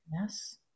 Yes